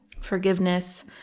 Forgiveness